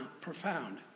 profound